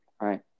Right